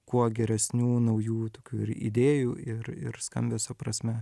kuo geresnių naujų tokių ir idėjų ir ir skambesio prasme